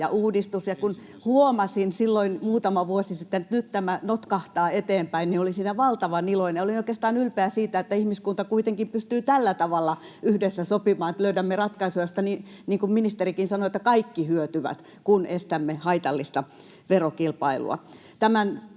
ja uudistus. Kun huomasin silloin muutama vuosi sitten, että nyt tämä notkahtaa eteenpäin, niin olin siitä valtavan iloinen ja olin oikeastaan ylpeä siitä, että ihmiskunta kuitenkin pystyy tällä tavalla yhdessä sopimaan, että löydämme ratkaisuja, joista, niin kuin ministerikin sanoi, kaikki hyötyvät, kun estämme haitallista verokilpailua.